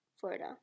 Florida